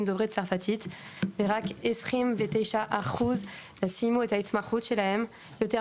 דוברים צרפתית ורק 29% סיימו את ההתמחות שלהם ויותר